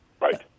Right